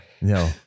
No